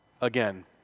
again